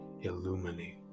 illuminate